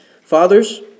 Fathers